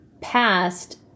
past